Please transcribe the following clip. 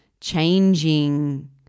changing